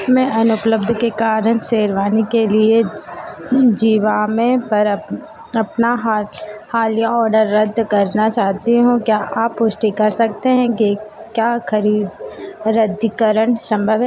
मैं अनुपलब्धि के कारण शेरवानी के लिए फ़िर जीवा में सारा फ्री अपना हाच हालिया ऑर्डर रद्द करना चाहती हूँ क्या आप पुष्टि कर सकते हैं कि क्या खरीद रद्दीकरण सम्भव है